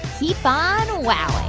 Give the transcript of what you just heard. keep on wowing